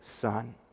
Son